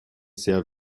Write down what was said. sehr